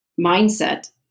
mindset